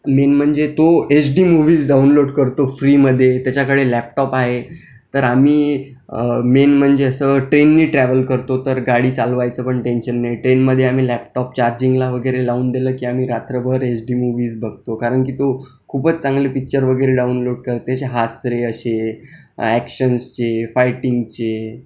main म्हणजे तो H D movies download करतो फ्रीमध्ये त्याच्याकडे लॅपटॉप आहे तर आम्ही मेन म्हणजे असं ट्रेननी ट्रॅव्हल करतो तर गाडी चालवायचं पण टेन्शन नाही ट्रेनमध्ये आम्ही लॅपटॉप चार्जिंगला वगैरे लावून दिला की आम्ही रात्रभर एच डी मूव्हीज् बघतो कारण की तो खूपच चांगले पिक्चर वगैरे डाऊनलोड करते अशे हासरे अशे अॅक्शन्सचे फाईटींगचे